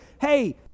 hey